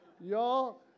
Y'all